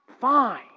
fine